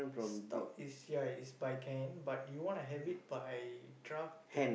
stout is ya is by can but you wanna have it by draft they